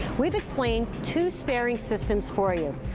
we've explained two sparing systems for you.